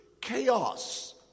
chaos